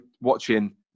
watching